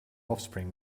offspring